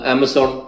Amazon